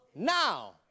now